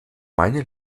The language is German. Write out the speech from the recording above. meine